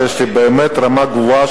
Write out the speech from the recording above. שיש באמת רמה גבוהה,